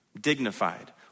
dignified